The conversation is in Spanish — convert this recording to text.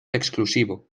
exclusivo